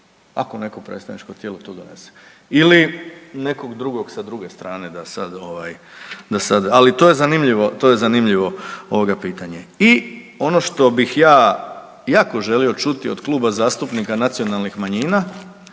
ako neko predstavničko tijelo to donese ili nekog drugog sa druge strane da sad ovaj, da sad, ali to je zanimljivo, to je zanimljivo ovoga pitanje. I ono što bih ja jako želio čuti od Kluba zastupnika Nacionalnih manjina,